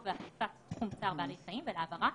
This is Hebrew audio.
ואכיפה בתחום צער בעלי חיים ולהעברה